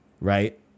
Right